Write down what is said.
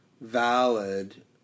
valid